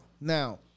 Now